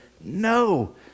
no